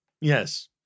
Yes